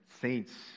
saints